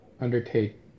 undertake